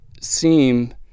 seem